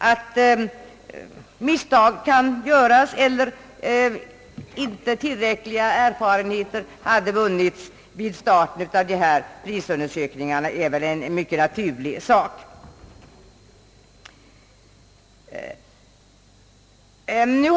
Att misstag kan göras, innan tillräckliga erfarenheter vunnits av dessa prisundersökningar, är väl en mycket naturlig sak.